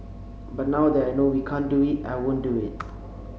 but now that I know we can't do it I won't do it